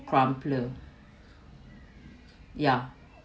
Crumpler ya